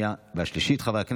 ארבעה